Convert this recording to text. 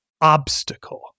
obstacle